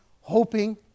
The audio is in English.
hoping